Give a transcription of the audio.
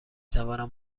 توانم